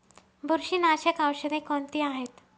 बुरशीनाशक औषधे कोणती आहेत?